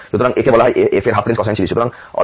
সুতরাং একে বলা হয় f এর হাফ রেঞ্জ কোসাইন সিরিজ